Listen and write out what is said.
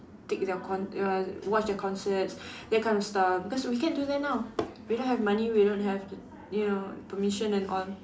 take their con~ err watch their concerts that kind of stuff cause we can't do that now we don't have money we don't have you know permission and all